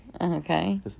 okay